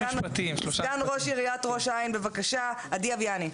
סגן ראש עיריית ראש העין, בבקשה, עדי אביאני.